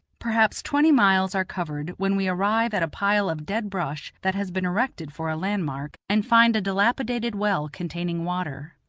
perhaps twenty miles are covered, when we arrive at a pile of dead brush that has been erected for a landmark, and find a dilapidated well containing water.